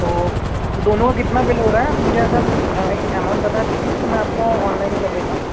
तो दोनों का कितना बिल हो रहा है आप मुझे ऐसा अमाउंट बता दीजिए तो मैं आपको ऑनलाइन ही कर देता हूँ